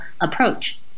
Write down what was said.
approach